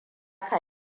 ka